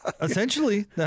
Essentially